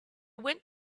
went